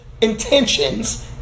intentions